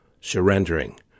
surrendering